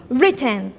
written